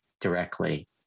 directly